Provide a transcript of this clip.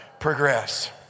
progress